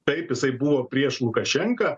taip jisai buvo prieš lukašenką